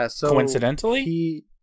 coincidentally